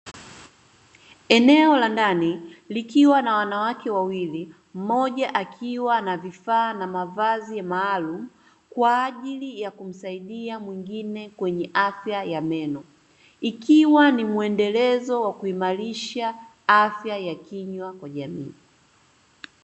Eneo la ndani likwa na wanawake wawili mmoja akiwa na vifaa maalumu kwa ajili ya kusaidia mwingine kwenye afya ya meno, ikiwa ni muendelezo wa kuimarisha afya ya kinywa kwa jamii.